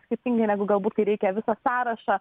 skirtingai negu galbūt kai reikia visą sąrašą